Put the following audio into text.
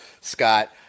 scott